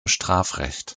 strafrecht